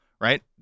right